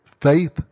Faith